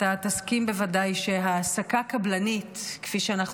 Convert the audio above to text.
אתה תסכים בוודאי שהעסקה קבלנית כפי שאנחנו